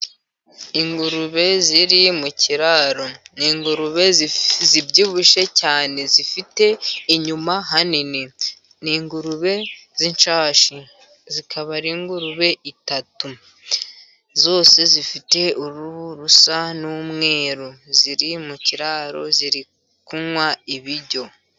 Ingurube ziri mu kiraro, ni ingurube zibyibushye cyane zifite inyuma hanini, ni ingurube z'inshashi zikaba ari ingurube itatu zose zifite uruhu rusa n'umweru ziri mu kiraro ziri kunywa ibiryo.